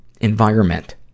environment